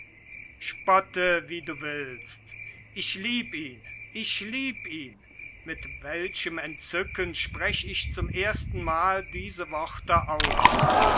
spotte wie du willst ich lieb ihn ich lieb ihn mit welchem entzücken sprech ich zum erstenmal diese worte aus